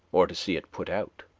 or to see it put out,